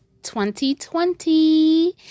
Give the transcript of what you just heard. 2020